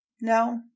No